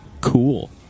Cool